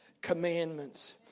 commandments